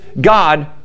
God